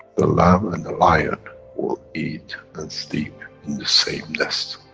the lamb and the lion will eat and sleep in the same nest.